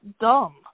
dumb